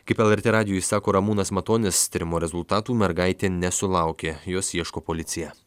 kaip lrt radijui sako ramūnas matonis tyrimo rezultatų mergaitė nesulaukė jos ieško policija